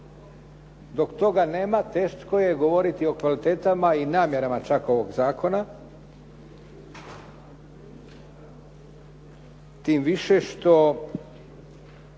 Dok toga nema teško je govoriti o kvalitetama i namjerama čak ovog zakona. Tim više što